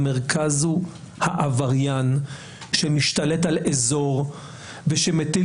המרכז הוא העבריין שמשתלט על אזור ושמטיל